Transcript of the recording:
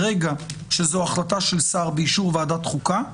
ברגע שזו החלטה של שר באישור ועדת החוקה,